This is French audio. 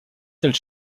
telle